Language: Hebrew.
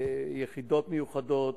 יחידות מיוחדות,